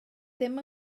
ddim